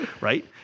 right